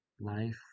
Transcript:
life